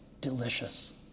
delicious